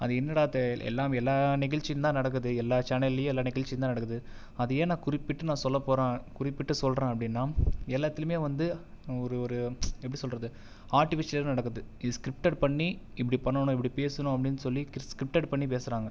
அது என்னடாது எல்லாமே எல்லா நிகழ்ச்சியும் தான் நடக்குது எல்லா சேனல்லையும் எல்லா நிகழ்ச்சியும் தான் நடக்குது அது ஏன் நான் குறிப்பிட்டு நான் சொல்லப்போறேன் குறிப்பிட்டு சொல்றேன் அப்படின்னா எல்லாத்துலையுமே வந்து ஒரு ஒரு எப்படி சொல்றது ஆர்ட்டிஃபிசியல் நடக்குது இது ஸ்கிரிப்ட்டட் பண்ணி இப்படி பண்ணனும் இப்படி பேசணும் அப்படின்னு சொல்லி கிஸ் ஸ்கிரிப்ட்டட் பண்ணி பேசுகிறாங்க